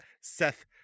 Seth